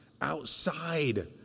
outside